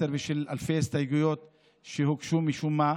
ואלפי ההסתייגויות שהוגשו, משום מה.